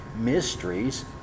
mysteries